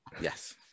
Yes